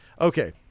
Okay